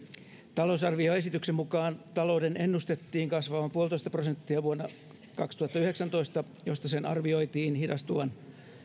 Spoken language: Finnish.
talousarvioesityksen mukaan talouden ennustettiin kasvavan puolitoista prosenttia vuonna kaksituhattayhdeksäntoista mistä sen arvioitiin hidastuvan